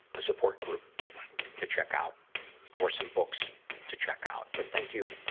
a support group to check out or some books to check out. but thank you,